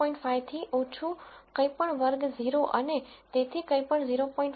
5 થી ઓછું કંઈપણ વર્ગ 0 અને તેથી કંઈપણ 0